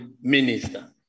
Minister